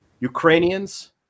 Ukrainians